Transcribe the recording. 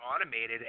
automated